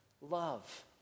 love